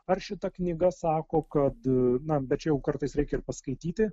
ar šita knyga sako kad na bet čia jau kartais reikia ir paskaityti